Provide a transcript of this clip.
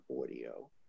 audio